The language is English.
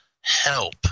Help